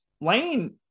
Lane